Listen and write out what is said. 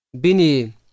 Bini